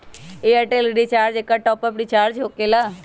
Airtel recharge एकर top of recharge होकेला?